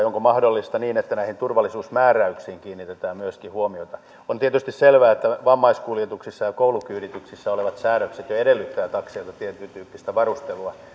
onko mahdollista että näihin turvallisuusmääräyksiin kiinnitetään myöskin huomiota on tietysti selvää että vammaiskuljetuksissa ja koulukyydityksissä olevat säädökset jo edellyttävät takseilta tietyntyyppistä varustelua